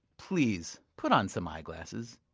please, put on some eyeglasses.